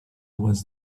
was